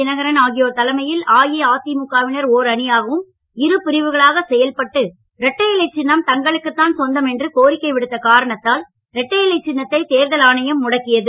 தினகரன் ஆகியோர் தலைமையில் அஇஅதிமுக வினர் ஓர் அணியாகவும் இரு பிரிவுகளாக செயல்பட்டு இரட்டை இலை சின்னம் தங்களுக்கு தான் சொந்தம் என்று கோரிக்கைவிடுத்த காரணத்தால் இரட்டைஇலை சின்னத்தை தேர்தல் ஆணையம் முடக்கியது